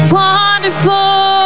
wonderful